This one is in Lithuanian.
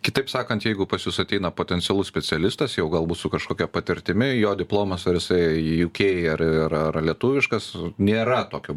kitaip sakant jeigu pas jus ateina potencialus specialistas jau galbūt su kažkokia patirtimi jo diplomas ar jisai jūkei ar ar ar lietuviškas nėra tokio